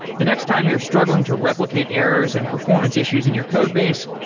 the next time you're struggling to replicate errors and performance issues in your codebase,